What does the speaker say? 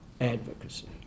advocacy